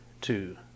two